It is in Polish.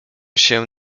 się